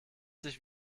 sich